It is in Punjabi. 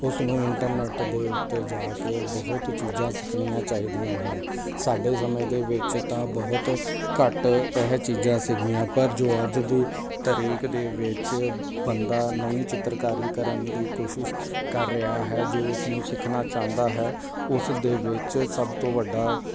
ਉਸ ਨੂੰ ਇੰਟਰਨੈਟ ਦੇ ਉੱਤੇ ਜਾ ਕੇ ਬਹੁਤ ਚੀਜ਼ਾਂ ਸਿੱਖਣੀਆਂ ਚਾਹੀਦੀਆਂ ਹਨ ਸਾਡੇ ਸਮੇਂ ਦੇ ਵਿੱਚ ਤਾਂ ਬਹੁਤ ਘੱਟ ਇਹ ਚੀਜ਼ਾਂ ਸੀਗੀਆਂ ਪਰ ਜੋ ਅੱਜ ਦੀ ਤਾਰੀਕ ਦੇ ਵਿੱਚ ਬੰਦਾ ਨਵੀਂ ਚਿੱਤਰਕਾਰੀ ਕਰਨ ਦੀ ਕੋਸ਼ਿਸ਼ ਕਰ ਰਿਹਾ ਹੈ ਜੋ ਉਸਨੂੰ ਸਿਖਣਾ ਚਾਹੁੰਦਾ ਹੈ ਉਸ ਦੇ ਵਿੱਚ ਸਭ ਤੋਂ ਵੱਡਾ